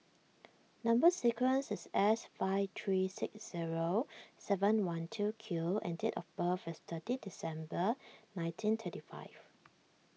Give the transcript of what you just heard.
Number Sequence is S five three six zero seven one two Q and date of birth is thirteen December nineteen thirty five